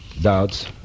doubts